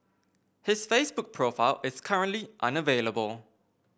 his Facebook profile is currently unavailable